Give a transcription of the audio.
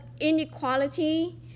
inequality